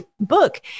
book